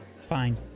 Fine